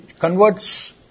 converts